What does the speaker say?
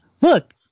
Look